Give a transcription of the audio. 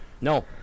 No